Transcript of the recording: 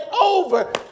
over